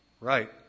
Right